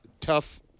tough